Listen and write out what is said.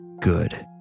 Good